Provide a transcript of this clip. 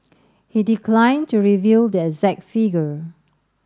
he declined to reveal the exact figure